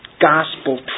gospel